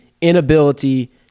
inability